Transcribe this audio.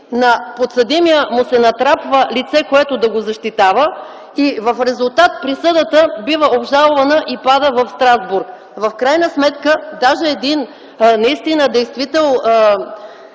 На подсъдимия му се натрапва лице, което да го защитава, и в резултат присъдата бива обжалвана и пада в Страсбург. В крайна сметка, един действителен